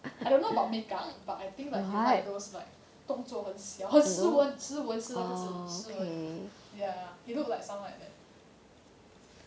I don't know about makeup but I think like he like those like 动作很斯文斯文是那个字斯文 ya he look like someone like that